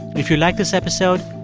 if you like this episode,